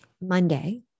Monday